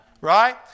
right